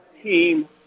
team